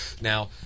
Now